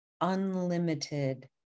unlimited